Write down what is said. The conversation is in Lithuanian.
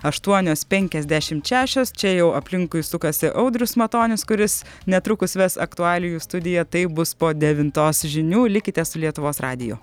aštuonios penkiasdešimt šešios čia jau aplinkui sukasi audrius matonis kuris netrukus ves aktualijų studiją tai bus po devintos žinių likite su lietuvos radiju